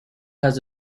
has